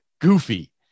goofy